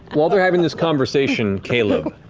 while they're having this conversation, caleb,